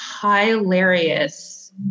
hilarious